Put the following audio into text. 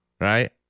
Right